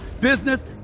business